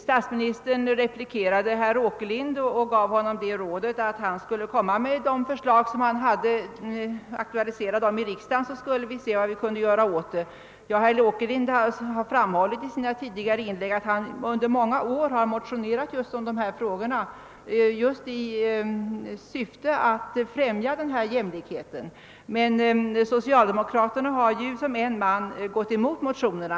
Statsministern gav i sin replik till herr Åkerlind denne rådet att lägga fram sina förslag till riksdagen för att man då skulle kunna ta ställning till vad som kunde göras åt dem. Herr Åkerlind har i sina tidigare inlägg framhållit att han vid skilda tillfällen i riksdagen aktualiserat dessa frågor i syfte att främja jämlikheten inom arbetslivet. Socialdemokraterna har emellertid som en man gått emot hans motioner.